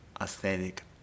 aesthetic